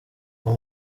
uwo